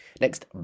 Next